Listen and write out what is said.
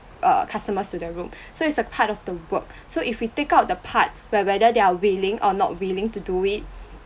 err customers to the room so it's a part of the work so if we take out of the part where whether they are willing or not willing to do it